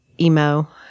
emo